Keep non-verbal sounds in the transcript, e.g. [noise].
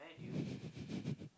[breath]